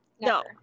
no